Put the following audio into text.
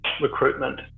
recruitment